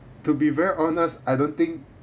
to be very honest I don't think